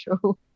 true